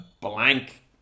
blank